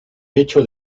hecho